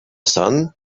sun